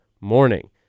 morning